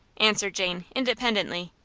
answered jane, independently.